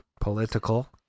Political